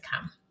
come